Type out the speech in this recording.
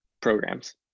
programs